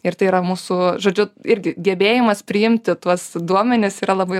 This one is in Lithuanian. ir tai yra mūsų žodžiu irgi gebėjimas priimti tuos duomenis yra labai